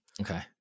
Okay